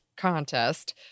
Contest